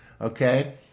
Okay